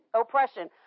oppression